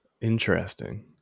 Interesting